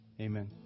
Amen